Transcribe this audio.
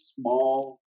small